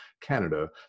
Canada